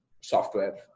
software